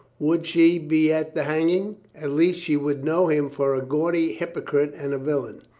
would she be at the hanging? at least she would know him for a gaudy hypocrite and a villain.